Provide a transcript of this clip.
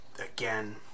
Again